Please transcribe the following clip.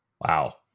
Wow